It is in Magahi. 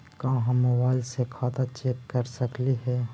का हम मोबाईल से खाता चेक कर सकली हे?